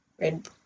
Red